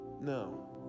No